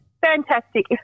Fantastic